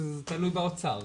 זה תלוי באוצר,